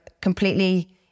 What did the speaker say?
completely